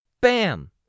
Bam